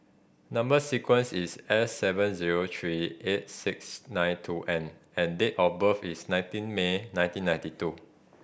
number sequence is S seven zero three eight six nine two N and date of birth is nineteen May nineteen ninety two